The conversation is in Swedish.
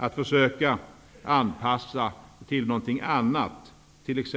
Att försöka anpassa det till något annat, t.ex.